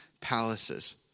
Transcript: palaces